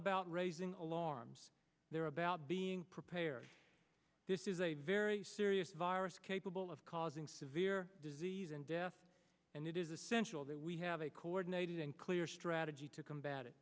about raising alarms they're about being prepared this is a very serious virus capable of causing severe disease and death and it is essential that we have a coordinated and clear strategy to combat it